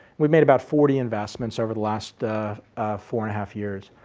we've made about forty investments over the last four and half years.